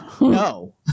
No